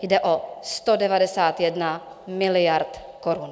Jde o 191 miliard korun.